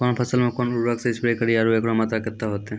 कौन फसल मे कोन उर्वरक से स्प्रे करिये आरु एकरो मात्रा कत्ते होते?